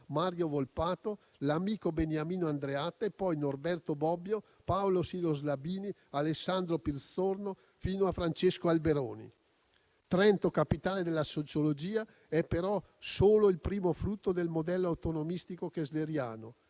Mario Volpato, l'amico Beniamino Andreatta e poi Norberto Bobbio, Paolo Sylos Labini, Alessandro Pizzorno, fino a Francesco Alberoni. Trento, capitale della sociologia, è però solo il primo frutto del modello autonomistico kessleriano,